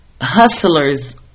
hustlers